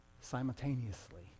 simultaneously